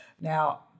Now